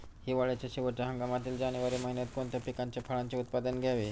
हिवाळ्याच्या शेवटच्या हंगामातील जानेवारी महिन्यात कोणत्या पिकाचे, फळांचे उत्पादन घ्यावे?